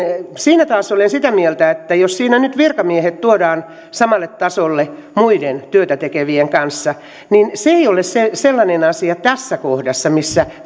siitä taas olen sitä mieltä että jos siinä nyt virkamiehet tuodaan samalle tasolle muiden työtätekevien kanssa niin se ei ole sellainen asia tässä kohdassa missä